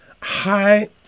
hi